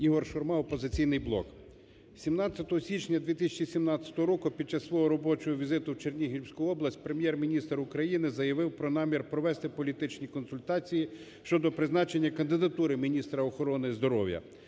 Ігор Шурма, "Опозиційний блок". 17 січня 2017 року під час свого робочого візиту у Чернігівську область Прем'єр-міністр України заявив про намір провести політичні консультації щодо призначення кандидатури міністра охорони здоров'я.